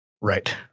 Right